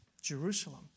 Jerusalem